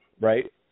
right